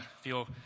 feel